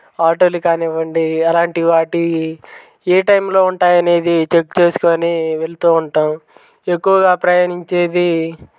ఆటోలు కానివ్వండి అలాంటి వాటి ఏ టైమ్లో ఉంటాయి అనేది చెక్ చేసుకుని వెళుతు ఉంటాము ఎక్కువగా ప్రయాణించేది